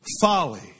folly